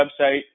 website